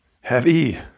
Heavy